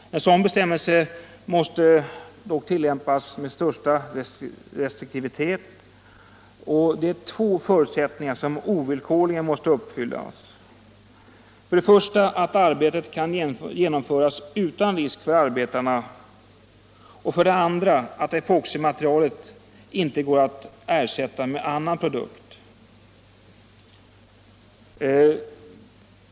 En sädan bestämmelse måste dock ullämpas med största restriktivitet. Två förutsättningar måste ovillkorligen vara uppfyllda. För det första att arbetet kan genomföras utan risk för arbetarna och för det andra att epoximaterialet inte går att ersätta med ennan produkt.